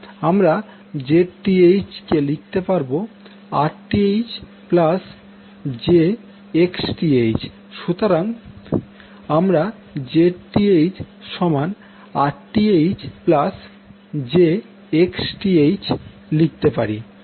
আমরা Zth কে লিখতে পারবো Rth j Xth সুতরাং আমরা Zth সমান Rth j Xth লিখতে পারি